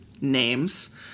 names